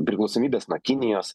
priklausomybės nuo kinijos